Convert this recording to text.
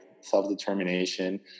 self-determination